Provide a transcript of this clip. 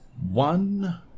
one